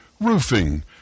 roofing